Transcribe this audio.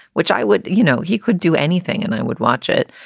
which i would you know, he could do anything and i would watch it.